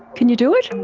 can you do it?